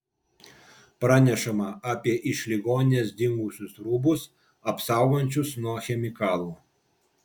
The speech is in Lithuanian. pranešama apie iš ligoninės dingusius rūbus apsaugančius nuo chemikalų